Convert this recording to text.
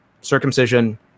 circumcision